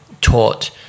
taught